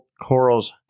Coral's